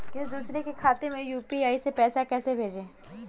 किसी दूसरे के खाते में यू.पी.आई से पैसा कैसे भेजें?